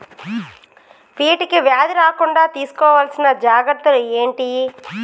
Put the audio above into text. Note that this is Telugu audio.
వీటికి వ్యాధి రాకుండా తీసుకోవాల్సిన జాగ్రత్తలు ఏంటియి?